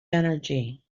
energy